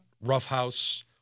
roughhouse